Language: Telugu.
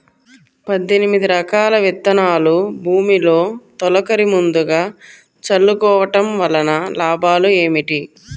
పద్దెనిమిది రకాల విత్తనాలు భూమిలో తొలకరి ముందుగా చల్లుకోవటం వలన లాభాలు ఏమిటి?